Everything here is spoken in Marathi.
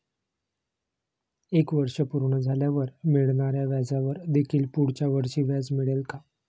एक वर्ष पूर्ण झाल्यावर मिळणाऱ्या व्याजावर देखील पुढच्या वर्षी व्याज मिळेल का?